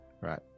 Right